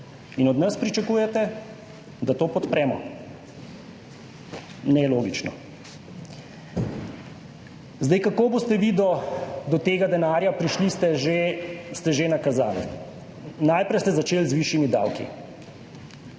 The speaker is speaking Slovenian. In od nas pričakujete, da to podpremo. Nelogično. Kako boste vi do tega denarja prišli, ste že nakazali. Najprej ste začeli z višjimi davki.